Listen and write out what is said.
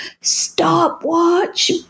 stopwatch